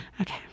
Okay